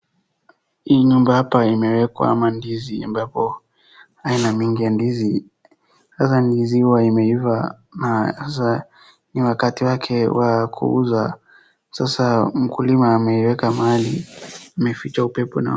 Hii nyumba hapa imeekwa mandizi ambapo aina mingi ya ndizi. Sasa mandizi imeiva na ni wakati wake wakuuza, sasa mkulima ameiweka mahali.